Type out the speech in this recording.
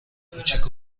کوچیک